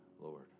Lord